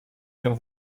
się